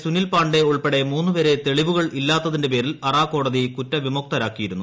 സുനിൽ പാണ്ഡെ ഉൾപ്പെടെ മൂന്ന് പേരെ തെളിവുകൾ ഇല്ലാത്തതിന്റെ പേരിൽ അറാ കോടതി കുറ്റവിമുക്തരാക്കിയിരുന്നു